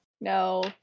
No